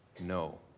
no